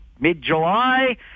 mid-July